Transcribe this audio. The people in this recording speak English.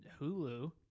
hulu